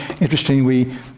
interesting—we